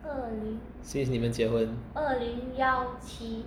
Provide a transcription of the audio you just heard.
since 你们结婚